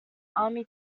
army